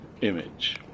image